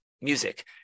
music